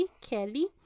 Kelly